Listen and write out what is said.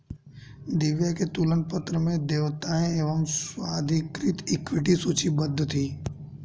दिव्या के तुलन पत्र में देयताएं एवं स्वाधिकृत इक्विटी सूचीबद्ध थी